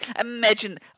Imagine